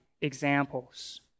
examples